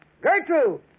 Gertrude